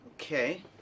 Okay